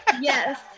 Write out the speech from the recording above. yes